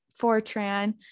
fortran